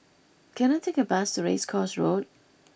can I take a bus to Race Course Road